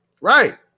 Right